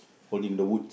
holding the woods